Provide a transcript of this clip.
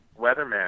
Weatherman